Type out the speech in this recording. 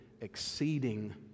exceeding